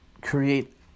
create